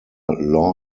law